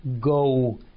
go